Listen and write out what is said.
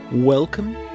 Welcome